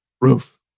Roof